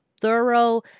thorough